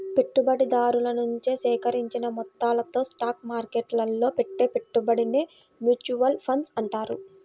పెట్టుబడిదారుల నుంచి సేకరించిన మొత్తాలతో స్టాక్ మార్కెట్టులో పెట్టే పెట్టుబడినే మ్యూచువల్ ఫండ్ అంటారు